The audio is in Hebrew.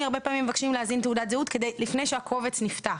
ומבקשים להזין מספר תעודת זהות לפני שהקובץ נפתח.